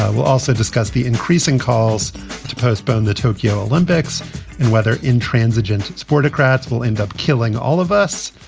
ah we'll also discuss the increasing calls to postpone the tokyo olympics and whether intransigents sport crats will end up killing all of us.